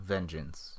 Vengeance